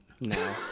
no